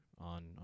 on